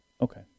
Okay